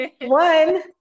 One